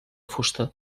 fusta